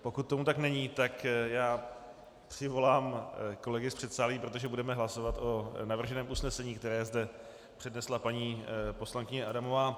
Pokud tomu tak není, tak přivolám kolegy z předsálí, protože budeme hlasovat o navrženém usnesení, které zde přednesla paní poslankyně Adamová.